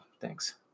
Thanks